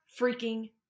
freaking